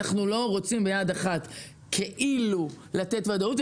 אנחנו לא רוצים ביד אחת כאילו לתת ודאות,